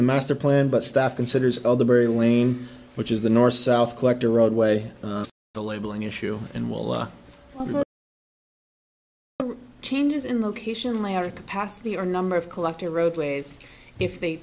master plan but staff considers other very lame which is the north south collector roadway on the labeling issue and will oh oh changes in location layer capacity or number of collector roadways if they